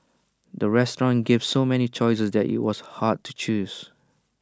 the restaurant gave so many choices that IT was hard to choose